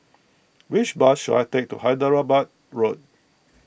which bus should I take to Hyderabad Road